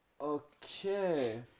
Okay